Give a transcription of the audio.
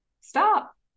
stop